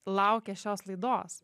laukė šios laidos